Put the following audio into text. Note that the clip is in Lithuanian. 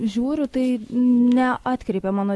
žiūriu tai neatkreipė mano